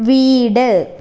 വീട്